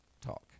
talk